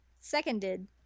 Seconded